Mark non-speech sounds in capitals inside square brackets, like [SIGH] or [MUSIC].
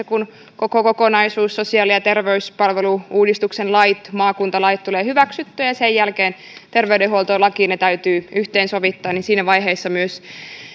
[UNINTELLIGIBLE] kun koko kokonaisuus sosiaali ja terveyspalvelu uudistuksen lait maakuntalait tulee hyväksyttyä ja sen jälkeen terveydenhuoltolakiin ne täytyy yhteensovittaa siinä vaiheessa myös